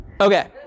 Okay